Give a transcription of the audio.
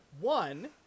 one